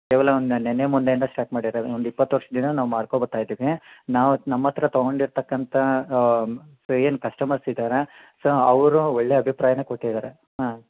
ಕೇವಲ ಒಂದು ನಿನ್ನೆ ಮೊನ್ನೆಯಿಂದ ಸ್ಟಾರ್ಟ್ ಮಾಡಿರದು ಒಂದು ಇಪ್ಪತ್ತು ವರ್ಷದಿಂದ ನಾವು ಮಾಡ್ಕೊಂಬತ್ತ ಇದ್ದೀವಿ ನಾವು ನಮ್ಮ ಹತ್ತಿರ ತಗೊಂಡು ಇರತಕ್ಕಂತ ಏನು ಕಸ್ಟಮರ್ಸ್ ಇದ್ದಾರೆ ಸೊ ಅವರು ಒಳ್ಳೆ ಅಭಿಪ್ರಾಯನೆ ಕೊಟ್ಟಿದ್ದಾರೆ ಹಾಂ